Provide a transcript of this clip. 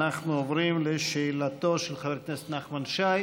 אנחנו עוברים לשאלתו של חבר הכנסת נחמן שי.